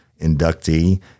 inductee